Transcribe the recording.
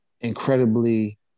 incredibly